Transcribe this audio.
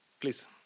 please